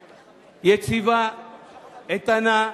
יציבה, איתנה.